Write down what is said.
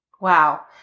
Wow